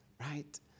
right